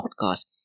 Podcast